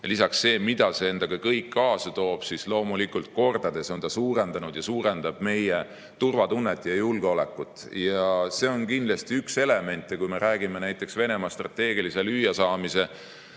lisaks seda, mida see endaga kõik kaasa toob, on [NATO laienemine] loomulikult kordades suurendanud ja suurendab meie turvatunnet ja julgeolekut. Ja see on kindlasti üks elemente. Kui me räägime näiteks Venemaa strateegilisest lüüasaamisest,